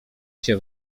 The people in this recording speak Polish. się